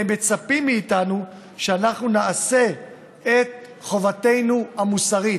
והם מצפים מאיתנו שאנחנו נעשה את חובתנו המוסרית,